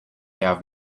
have